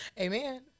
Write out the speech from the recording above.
amen